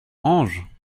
ange